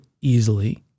easily